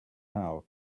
now